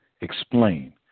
Explain